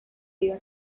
vida